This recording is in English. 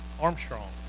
Armstrong